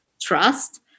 trust